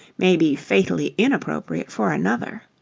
may be fatally inappropriate for another.